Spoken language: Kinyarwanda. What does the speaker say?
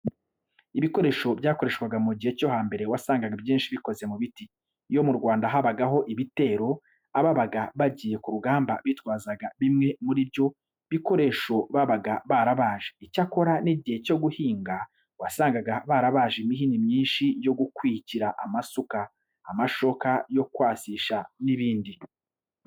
Ibikoresho byakoreshwaga mu gihe cyo hambere wasangaga ibyinshi bikoze mu biti. Iyo mu Rwanda habagaho ibitero, ababaga bagiye ku rugamba bitwazaga bimwe muri ibyo bikoresho babaga barabaje. Icyakora n'igihe cyo guhinga wasangaga barabaje imihini myinshi yo gukwikira amasuka, amashoka yo kwasisha n'ibindi.